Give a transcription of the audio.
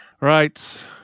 Right